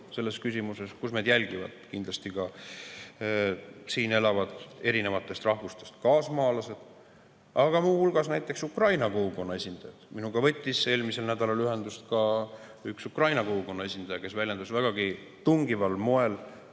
selles küsimuses, kus meid jälgivad kindlasti ka siin elavad eri rahvustest kaasmaalased, aga muu hulgas näiteks ukraina kogukonna esindajad. Minuga võttis eelmisel nädalal ühendust ka üks ukraina kogukonna esindaja, kes väljendas vägagi tungival moel